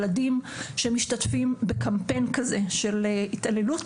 ילדים שמשתתפים בקמפיין כזה של התעללות,